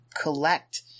collect